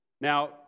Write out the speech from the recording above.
Now